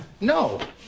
No